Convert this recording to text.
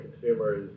consumers